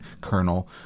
kernel